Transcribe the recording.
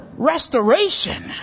restoration